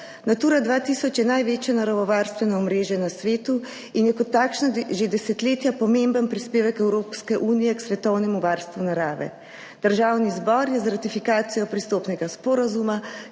Natura 2000 je največje naravovarstveno omrežje na svetu in je kot takšna že desetletja pomemben prispevek Evropske unije k svetovnemu varstvu narave. Državni zbor je z ratifikacijo pristopnega sporazuma,